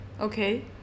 Okay